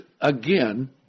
again